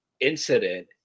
incident